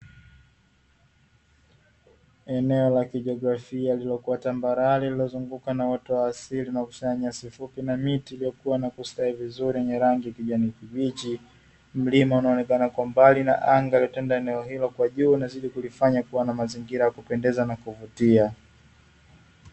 Eneo la kijiografia lililokuwa tambarare lililozungukwa na uoto wa asili unaokusanya nyasi fupi na miti iliyokuwa na kustawi vizuri yenye rangi ya kijani kibichi, mlima unaonekana kwa mbali na anga iliyotanda eneo hilo kwa juu inazidi kulifanya kuwa na mazingira ya kupendeza na kuvutia.